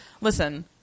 listen